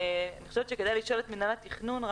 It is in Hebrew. חושבת שכדאי לשאול את מינהל התכנון.